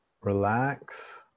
relax